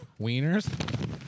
Wieners